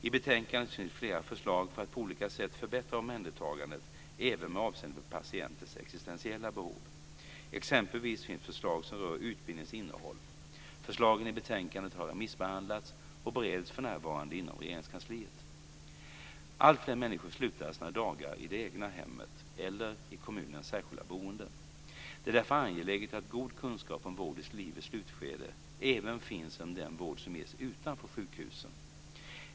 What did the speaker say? I betänkandet finns flera förslag för att på olika sätt förbättra omhändertagandet även med avseende på patientens existentiella behov. Exempelvis finns förslag som rör utbildningens innehåll. Förslagen i betänkandet har remissbehandlats och bereds för närvarande inom Regeringskansliet. Alltfler människor slutar sina dagar i det egna hemmet eller i kommunens särskilda boenden. Det är därför angeläget att god kunskap om vård i livets slutskede även finns inom den vård som ges utanför sjukhusen.